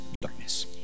darkness